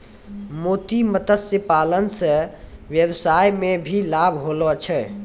मोती मत्स्य पालन से वेवसाय मे भी लाभ होलो छै